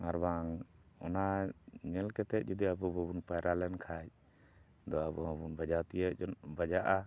ᱟᱨ ᱵᱟᱝ ᱚᱱᱟ ᱧᱮᱞ ᱠᱟᱛᱮ ᱡᱩᱫᱤ ᱟᱵᱚ ᱵᱟᱵᱚᱱ ᱯᱟᱭᱨᱟ ᱞᱮᱱᱠᱷᱟᱱ ᱫᱚ ᱟᱵᱚ ᱦᱚᱸᱵᱚᱱ ᱵᱟᱡᱟᱣ ᱛᱤᱭᱳᱜ ᱡᱚᱱ ᱵᱟᱡᱟᱜᱼᱟ